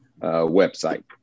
website